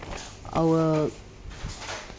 our